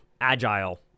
agile